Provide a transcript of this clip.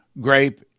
grape